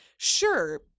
Sure